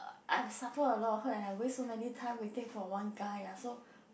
I I've suffer a lot of hurt and I waste so many time waiting for one guy ah so